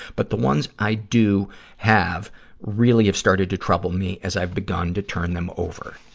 but the ones i do have really have started to trouble me, as i've begun to turn them over.